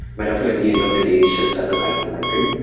metaflow at the end of the day ships as a python library.